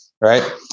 right